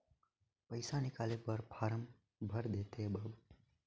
पइसा निकाले बर फारम भर देते बाबु?